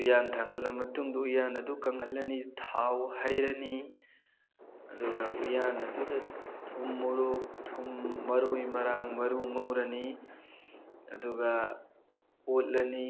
ꯎꯌꯥꯟ ꯊꯥꯡꯒꯠꯂ ꯃꯇꯨꯡꯗ ꯎꯌꯥꯟ ꯑꯗꯨ ꯀꯪꯍꯜꯂꯅꯤ ꯊꯥꯎ ꯍꯩꯔꯅꯤ ꯑꯗꯨꯒ ꯎꯌꯥꯟ ꯑꯗꯨꯗ ꯊꯨꯝ ꯃꯣꯔꯣꯛ ꯊꯨꯝ ꯃꯔꯣꯏ ꯃꯔꯥꯡ ꯃꯔꯨ ꯉꯧꯔꯅꯤ ꯑꯗꯨꯒ ꯑꯣꯠꯂꯅꯤ